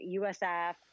USF